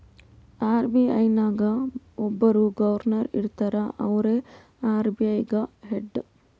RBI ನಾಗ್ ಒಬ್ಬುರ್ governor ಇರ್ತಾರ ಅವ್ರೇ ಆರ್.ಬಿ.ಐ ಗ ಹೆಡ್